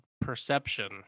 perception